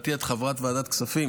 שלדעתי את חברת ועדת הכספים,